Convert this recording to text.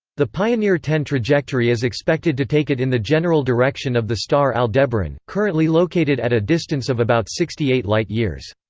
the pioneer ten trajectory is expected to take it in the general direction of the star aldebaran, currently located at a distance of about sixty eight light years.